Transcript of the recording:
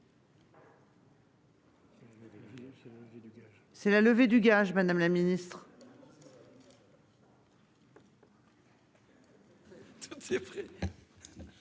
C'est la levée du gage Madame la Ministre.